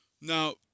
now